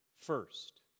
first